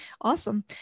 awesome